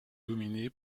dominé